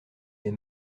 des